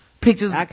Pictures